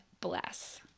bless